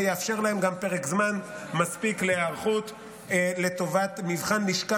זה יאפשר להם גם פרק זמן מספיק להיערכות לטובת מבחן לשכה